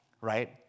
right